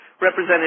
represented